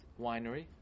winery